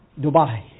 Dubai